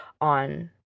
on